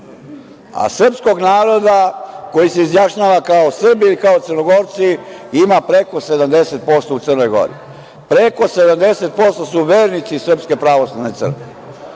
a srpskog naroda koji se izjašnjava kao Srbi ili kao Crnogorci ima preko 70% u Crnoj Gori. Preko 70% su vernici SPC. On je